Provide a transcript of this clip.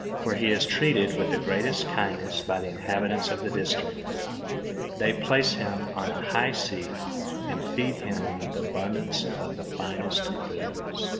where he is treated with the greatest kindness by the inhabitants of the district they place him on a high seat and feed him with abundance of the finest food.